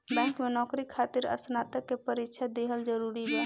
Bank में नौकरी खातिर स्नातक के परीक्षा दिहल जरूरी बा?